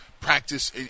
practice